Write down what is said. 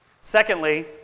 Secondly